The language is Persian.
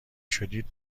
شدید